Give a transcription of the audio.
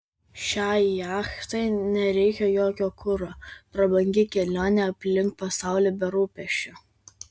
šiai jachtai nereikia jokio kuro prabangi kelionė aplink pasaulį be rūpesčių